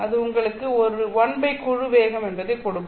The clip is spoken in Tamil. இது உங்களுக்கு 1குழு வேகம் என்பதை கொடுக்கும்